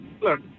Look